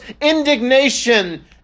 indignation